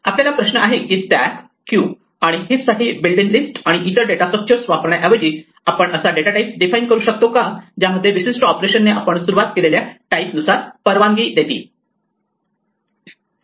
आपला प्रश्न आहे की स्टॅक क्यू आणि हिप साठी बिल्ट इन लिस्ट आणि इतर डेटा स्ट्रक्चर वापरण्याऐवजी आपण असा डेटा टाइप डिफाईन करू शकतो का ज्यामध्ये विशिष्ट ऑपरेशन आपण सुरुवात केलेल्या टाईप नुसार परवानगी देतील